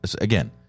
again